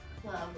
Club